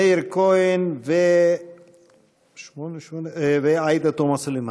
מאיר כהן ועאידה תומא סלימאן.